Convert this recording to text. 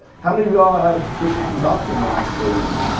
how many of y'all had a prescription from a doctor in the last four years?